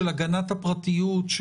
של הגנת הפרטיות,